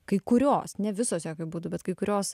kai kurios ne visos jokiu būdu bet kai kurios